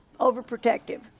overprotective